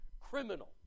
criminal